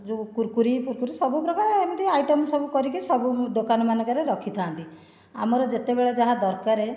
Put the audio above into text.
କୁର୍କୁରି ଫୁର୍କୁରି ସବୁପ୍ରକାର ଏମିତି ଆଇଟମ୍ ସବୁ କରିକି ସବୁ ଦୋକାନ ମାନଙ୍କରେ ରଖିଥାଆନ୍ତି ଆମର ଯେତେବେଳେ ଯାହା ଦରକାର